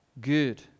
good